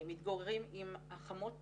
מתגוררים עם החמות